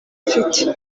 mfite